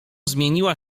zmieniła